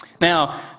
Now